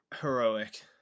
Heroic